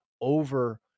over